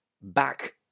back